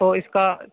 تو اس کا